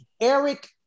Eric